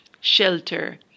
shelter